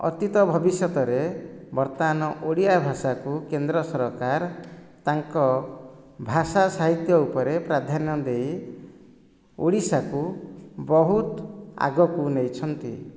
ଅତୀତ ଭବିଷ୍ୟତରେ ବର୍ତ୍ତମାନ ଓଡ଼ିଆ ଭାଷାକୁ କେନ୍ଦ୍ର ସରକାର ତାଙ୍କ ଭାଷା ସାହିତ୍ୟ ଉପରେ ପ୍ରାଧାନ୍ୟ ଦେଇ ଓଡ଼ିଶାକୁ ବହୁତ୍ ଆଗକୁ ନେଇଛନ୍ତି